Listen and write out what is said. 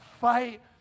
fight